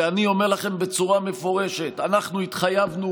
ואני אומר לכם בצורה מפורשת: אנחנו התחייבנו,